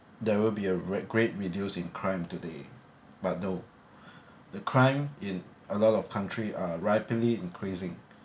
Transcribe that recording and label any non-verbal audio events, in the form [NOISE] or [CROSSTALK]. there will be a great great reduce in crime today but no [BREATH] the crime in a lot of country are rapidly increasing